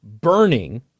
burning